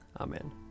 Amen